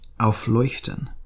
Aufleuchten